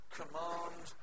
command